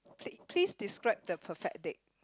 plea~ please describe the perfect date